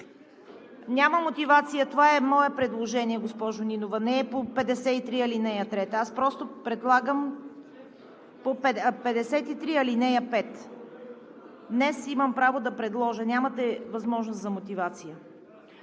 Няма мотивация, това е мое предложение, госпожо Нинова, не е по чл. 53, ал. 3. Аз просто предлагам по чл. 53, ал. 5. Днес имам право да предложа. Нямате възможност за мотивация.